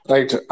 Right